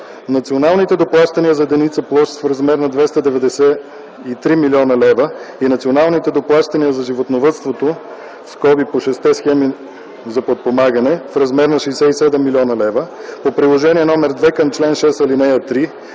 Националните доплащания на единица площ в размер на 293 млн. лв. и националните доплащания за животновъдството (по шестте схеми за подпомагане) в размер на 67 млн. лв. по Приложение № 2 към чл. 6, ал. 3,